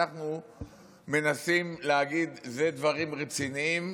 אנחנו מנסים להגיד: אלה דברים רציניים,